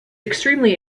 extremely